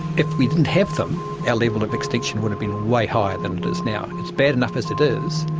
if we didn't have them, our level of extinction would have been way higher than it is now. it's bad enough as it is,